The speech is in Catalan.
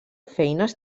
feines